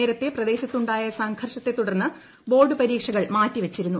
നേരത്തെ പ്രദേശത്തുണ്ടായ സംഘർഷത്തെ തുടർന്ന് ബോർഡ് പരീക്ഷകൾ മാറ്റിവെച്ചിരുന്നു